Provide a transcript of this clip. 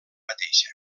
mateixa